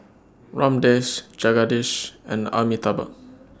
Ramdev Jagadish and Amitabh